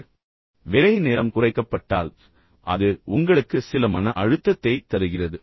ஆனால் மறுபுறம் வேலை நேரம் குறைக்கப்பட்டால் அது உங்களுக்கு சில மன அழுத்தத்தைத் தருகிறது